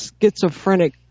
schizophrenic